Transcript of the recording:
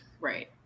Right